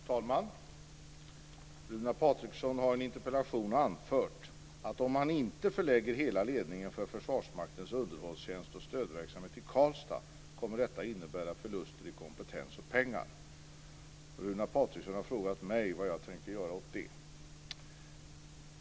Fru talman! Runar Patriksson har i en interpellation anfört att om man inte förlägger hela ledningen för Försvarsmaktens underhållstjänst och stödverksamhet till Karlstad kommer detta att innebära förluster i kompetens och pengar. Runar Patriksson har frågat mig om vad jag tänker göra åt det.